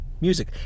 music